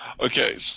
Okay